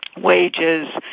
wages